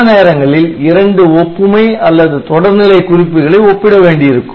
பல நேரங்களில் இரண்டு ஒப்புமை அல்லது தொடர்நிலை குறிப்புகளை ஒப்பிட வேண்டியிருக்கும்